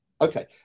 okay